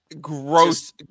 gross